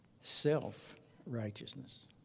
self-righteousness